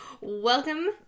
welcome